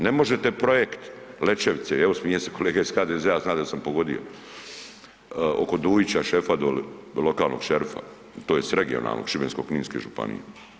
Ne možete projekt Lećevice evo smije se kolega iz HDZ-a zna da sam pogodio oko Dujića šefa doli, lokalnog šerifa tj. regionalnog Šibensko-kninske županije.